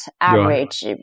average